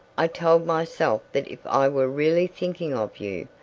i told myself that if i were really thinking of you,